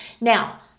Now